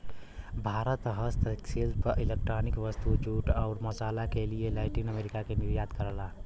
भारत हस्तशिल्प इलेक्ट्रॉनिक वस्तु, जूट, आउर मसाल क भी लैटिन अमेरिका क निर्यात करला